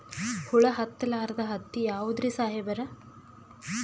ಹುಳ ಹತ್ತಲಾರ್ದ ಹತ್ತಿ ಯಾವುದ್ರಿ ಸಾಹೇಬರ?